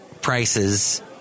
prices